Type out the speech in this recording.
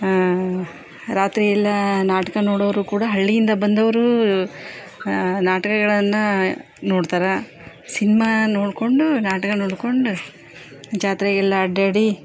ರಾತ್ರಿಯೆಲ್ಲ ನಾಟಕ ನೋಡೋರು ಕೂಡ ಹಳ್ಳಿಯಿಂದ ಬಂದವರೂ ನಾಟಕಗಳನ್ನ ನೋಡ್ತಾರೆ ಸಿನ್ಮಾ ನೋಡಿಕೊಂಡು ನಾಟಕ ನೋಡ್ಕೊಂಡು ಜಾತ್ರೆಗೆಲ್ಲ ಅಡ್ಡಾಡಿ